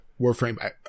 Warframe